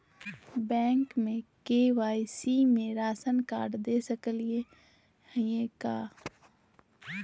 Bank में KYC में ration card दे सकली हई का?